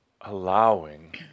allowing